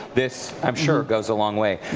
this i'm sure goes a long way.